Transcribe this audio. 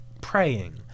praying